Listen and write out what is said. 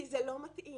כי זה לא מתאים.